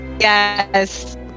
Yes